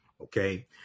Okay